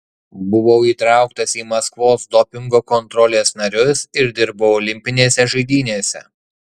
buvau įtrauktas į maskvos dopingo kontrolės narius ir dirbau olimpinėse žaidynėse